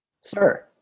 Sir